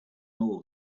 all